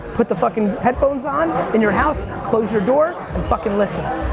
put the fucking headphones on. in your house, close your door, and fucking listen.